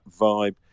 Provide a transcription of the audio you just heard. vibe